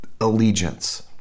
allegiance